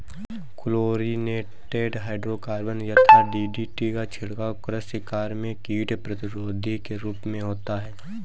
chlorinated hydrocarbon यथा DDT का छिड़काव कृषि कार्य में कीट प्रतिरोधी के रूप में होता है